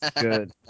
Good